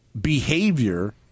behavior